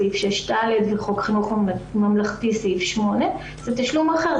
סעיף 6(ד) לחוק חינוך ממלכתי סעיף 8. זה תשלום אחר,